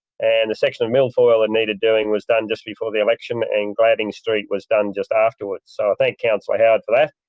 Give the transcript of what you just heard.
and the section of milfoil that and needed doing was done just before the election and glading street was done just afterwards so i thank councillor howard for that.